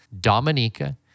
Dominica